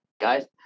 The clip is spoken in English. guys